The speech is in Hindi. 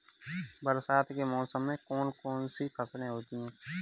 बरसात के मौसम में कौन कौन सी फसलें होती हैं?